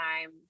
time